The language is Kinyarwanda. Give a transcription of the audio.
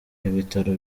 ibitaro